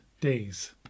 days